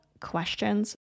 questions